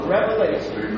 Revelation